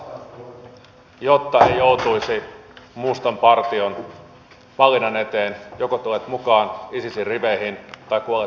tässä muutama kyseenalainen reunamerkintä niistä asioista joissa suomella on kunnia olla ensimmäisellä sijalla